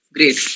Great